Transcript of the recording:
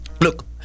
look